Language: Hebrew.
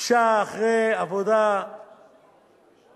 הוגשה אחרי עבודה מאומצת.